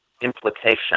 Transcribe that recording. implication